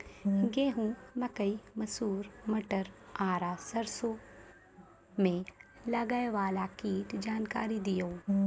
गेहूँ, मकई, मसूर, मटर आर सरसों मे लागै वाला कीटक जानकरी दियो?